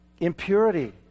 impurity